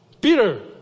Peter